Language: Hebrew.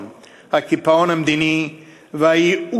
יקום ויצהיר